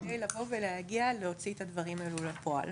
כדי לבוא ולהגיע להוציא את הדברים האלו לפועל.